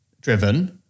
driven